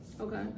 Okay